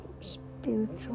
spiritual